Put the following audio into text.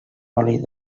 oli